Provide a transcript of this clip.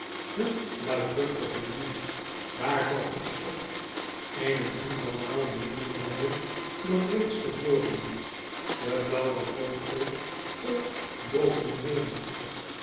hun luidruchtig gejoel aar valt een schot en en andermaal meenden wij dat reeds te hooren e blaauwe rookwolk golft boven de menigte